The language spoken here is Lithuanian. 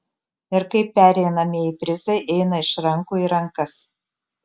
ir kaip pereinamieji prizai eina iš rankų į rankas